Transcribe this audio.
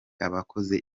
abakoze